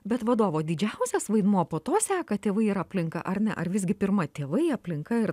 bet vadovo didžiausias vaidmuo po to seka tėvai ir aplinka ar ne ar visgi pirma tėvai aplinka ir